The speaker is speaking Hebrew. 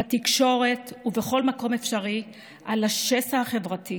בתקשורת ובכל מקום אפשרי, על השסע החברתי,